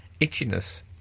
itchiness